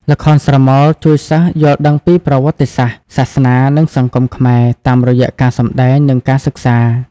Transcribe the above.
ល្ខោនស្រមោលជួយសិស្សយល់ដឹងពីប្រវត្តិសាស្ត្រ សាសនា និងសង្គមខ្មែរ តាមរយៈការសម្តែង និងការសិក្សា។